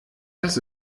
das